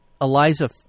Eliza